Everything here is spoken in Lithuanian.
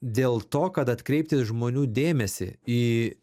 dėl to kad atkreipti žmonių dėmesį į